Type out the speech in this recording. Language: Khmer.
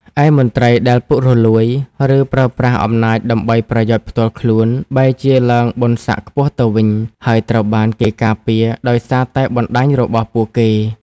ឯមន្ត្រីដែលពុករលួយ ឬប្រើប្រាស់អំណាចដើម្បីប្រយោជន៍ផ្ទាល់ខ្លួន បែរជាឡើងបុណ្យស័ក្តិខ្ពស់ទៅវិញ ហើយត្រូវបានគេការពារដោយសារតែបណ្តាញរបស់ពួកគេ។